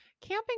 Camping